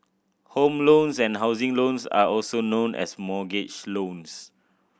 home loans and housing loans are also known as mortgage loans